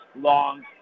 long